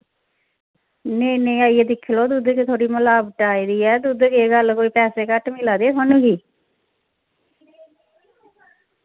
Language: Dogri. नेईं नेईं आइयै दिक्खी लाओ दुध्दे च थुआढ़ी मलावट आई दी ऐ दुध्द केह् गल्ल कोई पैसे घट्ट मिला दे थुहानू कि